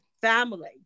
family